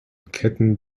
ketten